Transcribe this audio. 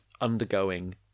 undergoing